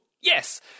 Yes